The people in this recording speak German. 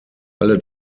alle